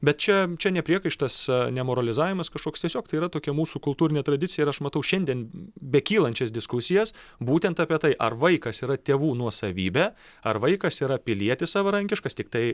bet čia čia ne priekaištas ne moralizavimas kažkoks tiesiog tai yra tokia mūsų kultūrinė tradicija ir aš matau šiandien bekylančias diskusijas būtent apie tai ar vaikas yra tėvų nuosavybė ar vaikas yra pilietis savarankiškas tiktai